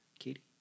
Katie